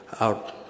out